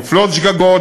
נופלות שגגות.